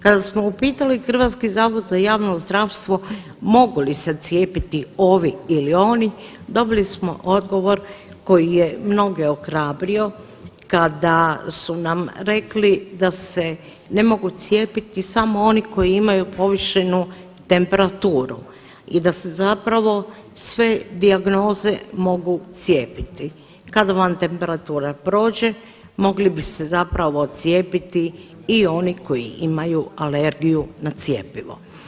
Kada smo upitali HZJZ mogu li se cijepiti ovi ili oni, dobili smo odgovor koji je mnoge ohrabrio kada su nam rekli da se ne mogu cijepiti samo oni koji imaju povišenu temperaturu i da se zapravo sve dijagnoze mogu cijepiti, kada vam temperatura prođe mogli bi se zapravo cijepiti i oni koji imaju alergiju na cjepivo.